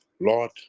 Lord